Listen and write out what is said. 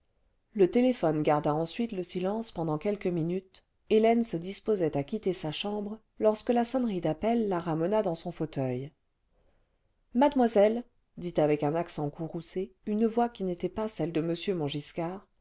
le téléphone garda ensuite le silence pendant quelques minutes hélène se disposait à quitter sa chambre lorsque la sonnerie d'appel la ramena dans son fauteuil mademoiselle dit avec un accent courroucé une voix qui n'était pas celle de